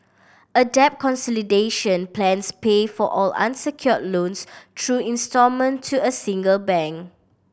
a debt consolidation plans pay for all unsecured loans through instalment to a single bank